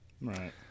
Right